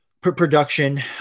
production